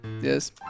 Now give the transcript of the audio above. Yes